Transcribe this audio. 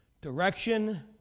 Direction